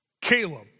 Caleb